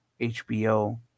hbo